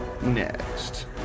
next